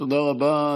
תודה רבה.